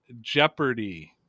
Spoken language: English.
jeopardy